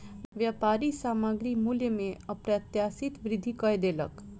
व्यापारी सामग्री मूल्य में अप्रत्याशित वृद्धि कय देलक